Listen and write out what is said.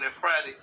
Friday